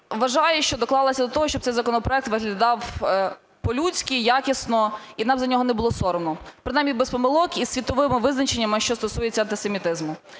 вважаю, що доклалася до того, щоб цей законопроект виглядав по-людськи, якісно і нам за нього не було соромно. Принаймні без помилок і з світовими визначеннями, що стосуються антисемітизму.